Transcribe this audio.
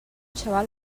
xaval